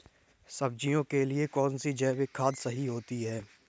सब्जियों के लिए कौन सी जैविक खाद सही होती है?